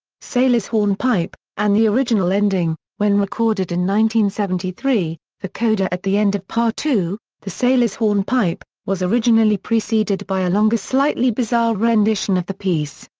sailor's hornpipe and the original ending when recorded and seventy three, the coda at the end of part two, the sailor's hornpipe, was originally preceded by a longer slightly bizarre rendition of the piece.